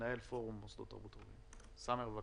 פורום מוסדות תרבות ערביים, בבקשה.